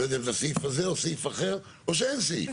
אני לא יודע אם זה הסעיף הזה או סעיף אחר או שאין סעיף.